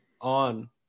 on